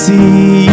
See